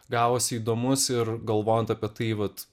gavosi įdomus ir galvojant apie tai vat